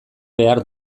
behar